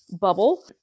bubble